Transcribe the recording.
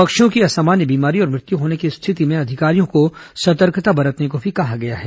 पक्षियों की असामान्य बीमारी और मृत्यु होने की स्थिति में अधिकारियों को सतर्कता बरतने को भी कहा गया है